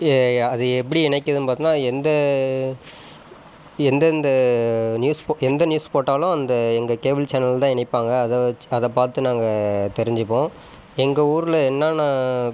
எ அது எப்படி இணைக்குதுன்னு பார்த்தோனா எந்த எந்தெந்த நியூஸ்ஃபோக் எந்த நியூஸ் போட்டாலும் அந்த எங்கே கேபிள் சேனல்தான் இணைப்பாங்க அதை வச்சு அதை பார்த்து நாங்கள் தெரிஞ்சுப்போம் எங்கள் ஊரில் என்னான்னால்